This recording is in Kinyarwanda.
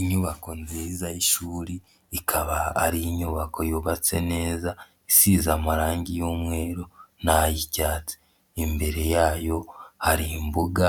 Inyubako nziza y'ishuri ikaba ari inyubako yubatse neza isize amarangi y'umweru n'ay'icyatsi, Imbere yayo hari imbuga